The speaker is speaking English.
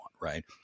Right